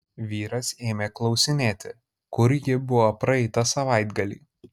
vyras ėmė klausinėti kur ji buvo praeitą savaitgalį